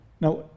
Now